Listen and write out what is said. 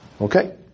Okay